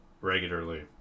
regularly